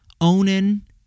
Onan